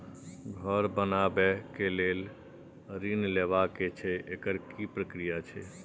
घर बनबै के लेल ऋण लेबा के छै एकर की प्रक्रिया छै?